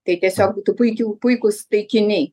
tai tiesiog būtų puikių puikūs taikiniai